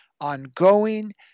ongoing